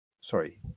sorry